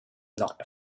not